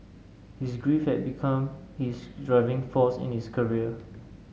his grief had become his driving force in his career